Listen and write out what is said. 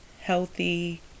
healthy